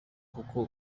kuko